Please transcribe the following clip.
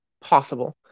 possible